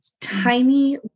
tiny